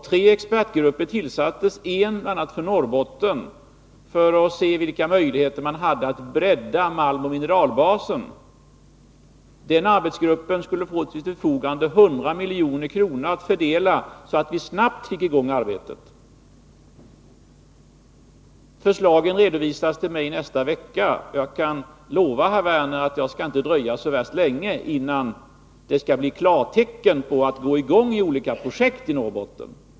Tre expertgrupper tillsattes, en bl.a. för Norrbotten, för att se vilka möjligheter man hade att bredda malmoch mineralbasen. Den arbetsgruppen skulle få till sitt förfogande 100 milj.kr. att fördela, så att vi snabbt fick i gång arbetet. Förslagen redovisas för mig nästa vecka. Jag kan lova herr Werner att jag inte skall dröja så värst länge innan det blir klartecken för att sätta i gång olika projekt i Norrbotten.